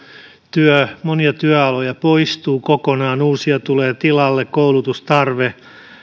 monia työaloja poistuu kokonaan uusia tulee tilalle koulutustarve